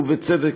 ובצדק,